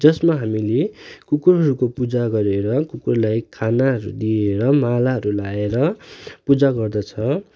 जसमा हामीले कुकुरहरूको पूजा गरेर कुकुरलाई खानाहरू दिएर मालाहरू लाएर पूजा गर्दछ